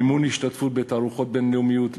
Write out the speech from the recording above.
מימון השתתפות בתערוכות בין-לאומיות,